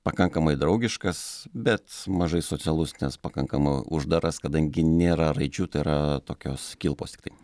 pakankamai draugiškas bet mažai socialus nes pakankamai uždaras kadangi nėra raidžių tai yra tokios kilpos tiktai